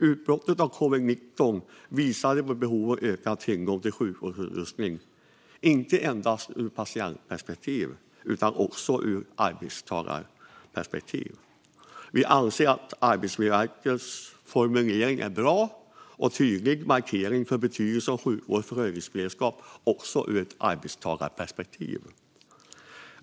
Utbrottet av covid-19 visade på behovet av ökad tillgång till sjukvårdsutrustning inte endast ur ett patientperspektiv utan också ur ett arbetstagarperspektiv. Vi anser att Arbetsmiljöverkets formulering är en bra och tydlig markering av betydelsen av sjukvårdens försörjningsberedskap också ur ett arbetstagarperspektiv.